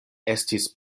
estis